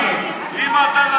נגד אם כן,